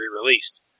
re-released